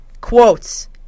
quotes